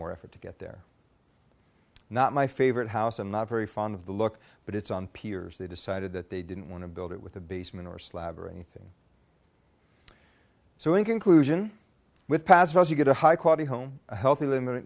more effort to get there not my favorite house i'm not very fond of the look but it's on piers they decided that they didn't want to build it with a basement or slab or anything so in conclusion with pacifiers you get a high quality home health